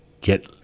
get